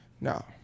No